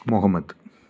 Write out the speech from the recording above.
Muhammad